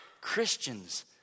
Christians